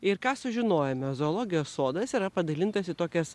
ir ką sužinojome zoologijos sodas yra padalintas į tokias